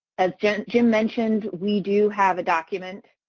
as jim jim mentioned, we do have a document